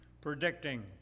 predicting